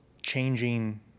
changing